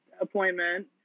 appointment